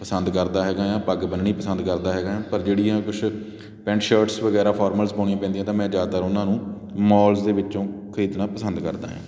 ਪਸੰਦ ਕਰਦਾ ਹੈਗਾ ਹਾਂ ਪੱਗ ਬੰਨਣੀ ਪਸੰਦ ਕਰਦਾ ਹੈਗਾ ਹਾਂ ਪਰ ਜਿਹੜੀਆਂ ਕੁਛ ਪੈਂਟ ਸ਼ਰਟਸ ਵਗੈਰਾ ਫੋਰਮਲਸ ਪਾਉਣੀਆਂ ਪੈਂਦੀਆਂ ਤਾਂ ਮੈਂ ਜ਼ਿਆਦਾਤਰ ਉਹਨਾਂ ਨੂੰ ਮੌਲਸ ਦੇ ਵਿੱਚੋਂ ਖਰੀਦਣਾ ਪਸੰਦ ਕਰਦਾ ਹਾਂ